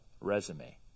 resume